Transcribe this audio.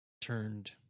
turned